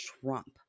Trump